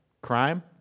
Crime